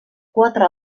quatre